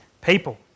people